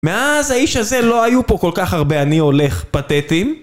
מאז האיש הזה לא היו פה כל כך הרבה, "אני הולך" פתאטים.